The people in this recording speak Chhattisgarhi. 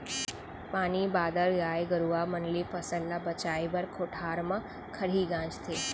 पानी बादर, गाय गरूवा मन ले फसल ल बचाए बर कोठार म खरही गांजथें